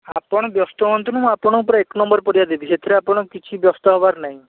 ଆପଣ ବ୍ୟସ୍ତ ହୁଅନ୍ତୁନି ମୁଁ ଆପଣଙ୍କୁ ପୁରା ଏକ ନମ୍ବର ପରିବା ଦେବି ସେଥିରେ ଆପଣ କିଛି ବ୍ୟସ୍ତ ହେବାର ନାହିଁ